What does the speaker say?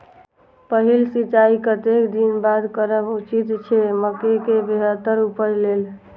पहिल सिंचाई कतेक दिन बाद करब उचित छे मके के बेहतर उपज लेल?